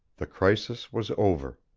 the crisis was over.